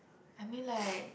I mean like